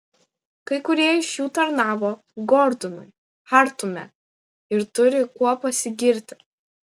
kai kurie iš jų tarnavo gordonui chartume ir turi kuo pasigirti